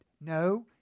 No